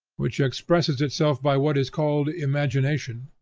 which expresses itself by what is called imagination,